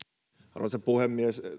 arvoisa puhemies